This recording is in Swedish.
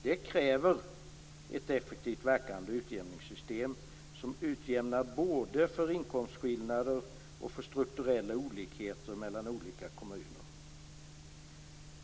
Det kräver ett effektivt verkande utjämningssystem som utjämnar både för inkomstskillnader och för strukturella olikheter mellan olika kommuner.